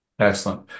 Excellent